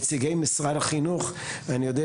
הצגתי את עצמי כבר כנציג אני חושב יחיד בכנסת